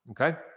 okay